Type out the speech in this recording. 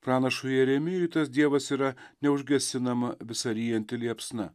pranašui jeremijui tas dievas yra neužgesinama visa ryjanti liepsna